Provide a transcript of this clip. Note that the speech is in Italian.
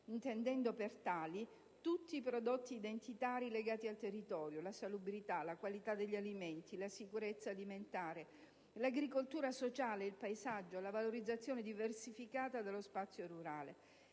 intendendo per tali tutti i prodotti identitari legati al territorio, la salubrità, la qualità degli alimenti, la sicurezza alimentare, l'agricoltura sociale, il paesaggio, la valorizzazione diversificata dello spazio rurale.